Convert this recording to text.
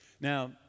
Now